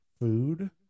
food